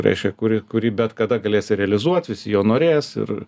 reiškia kurį kurį bet kada galėsi realizuot visi jo norės ir